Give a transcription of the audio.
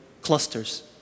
clusters